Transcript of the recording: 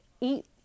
eat